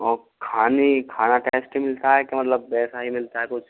और खानी खाना टैस्टी मिलता है क्या मतलब वैसा ही मिलता है कुछ